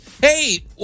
Hey